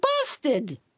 busted